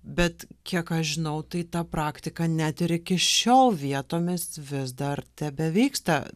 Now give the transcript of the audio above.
bet kiek aš žinau tai ta praktika net ir iki šiol vietomis vis dar tebevyksta